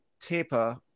taper